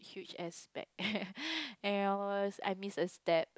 huge ass bag and I was I miss a step